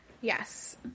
Yes